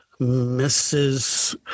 Mrs